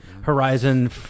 horizon